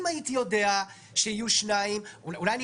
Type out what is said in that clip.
אם הייתי יודע שיהיו שניים אולי אני